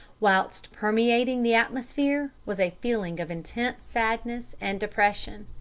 whilst permeating the atmosphere was a feeling of intense sadness and depression.